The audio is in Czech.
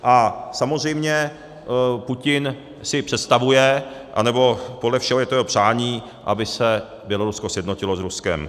A samozřejmě Putin si představuje, anebo podle všeho je to jeho přání, aby se Bělorusko sjednotilo s Ruskem.